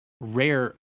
rare